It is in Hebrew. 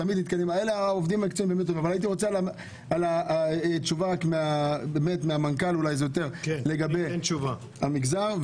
אני רוצה תשובה מהמנכ"ל תשובה לגבי המגזר,